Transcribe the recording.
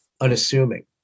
unassuming